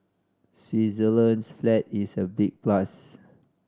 Switzerland's flag is a big plus